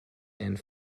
and